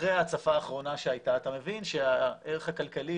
אחרי ההצפה האחרונה שהייתה אתה מבין שהערך הכלכלי